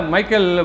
Michael